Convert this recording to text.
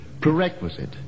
prerequisite